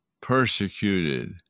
persecuted